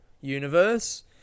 universe